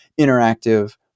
interactive